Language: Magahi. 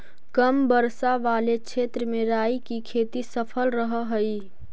कम वर्षा वाले क्षेत्र में राई की खेती सफल रहअ हई